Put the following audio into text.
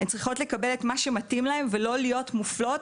הן צריכות לקבל את מה שמתאים להן ולא להיות מופלות